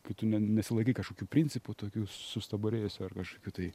kai tu nesilaikai kažkokių principų tokių sustabarėjusių ar kažkokių tai